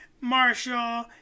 Marshall